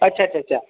अच्छा अच्छा अच्छा